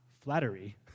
flattery